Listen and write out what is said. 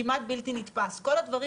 כדור